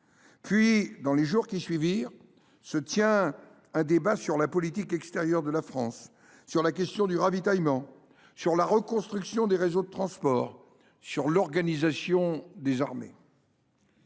Puis, dans les jours qui suivirent, se tint un débat sur la politique extérieure de la France, sur la question du ravitaillement, sur la reconstruction des réseaux de transport, sur l’organisation des armées.